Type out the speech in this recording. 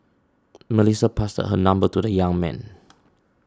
Melissa passed her number to the young man